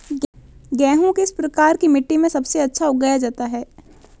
गेहूँ किस प्रकार की मिट्टी में सबसे अच्छा उगाया जाता है?